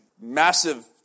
massive